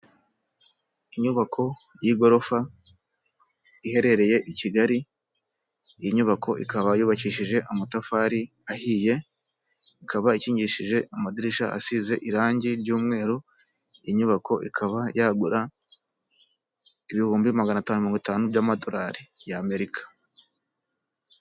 Inyubako y'igorofa iherereye i Kigali, iyi nyubako ikaba yubakishije amatafari ahiye, ikaba ikingishije amadirishya asize irangi ry'umweru, inyubako ikaba yagura ibihumbi maganatanu mirongo itanu by'amadolari y'Amerika.